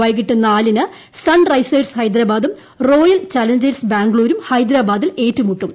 വൈകിട്ട് നാലിന് സൺറൈസേഴ്സ് ഹൈദ്രാബാദും റോയൽ ചലഞ്ചേഴ്സ് ബാംഗ്ലൂരും ഹൈദ്രാബാ ദിൽ ഏറ്റുമുട്ടും